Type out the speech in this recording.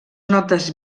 notes